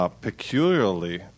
Peculiarly